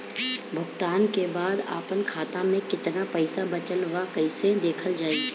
भुगतान के बाद आपन खाता में केतना पैसा बचल ब कइसे देखल जाइ?